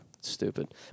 stupid